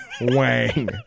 wang